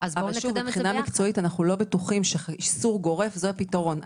מבחינה מקצועית אנחנו לא בטוחים שאיסור גורף זה הפתרון.